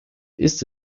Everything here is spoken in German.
ist